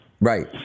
Right